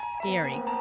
scary